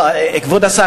לא לא, כבוד השר.